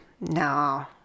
no